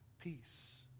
peace